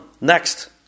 Next